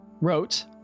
wrote